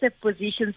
positions